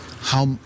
How-